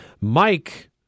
Mike